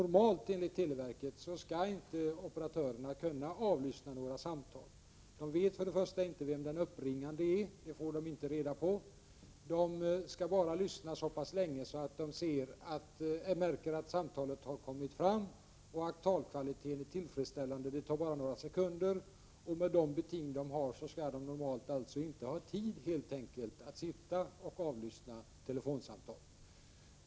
Enligt uppgift från televerket skall operatörerna normalt inte kunna avlyssna några samtal. De vet först och främst inte vem den uppringande är — det får de inte reda på. De skall vidare lyssna bara så länge att de märker att samtalet har kommit fram och att ljudkvaliteten är tillfredsställande. Det tar bara några sekunder, och med de beting som de har skall de normalt helt enkelt inte ha tid att avlyssna några telefonsamtal.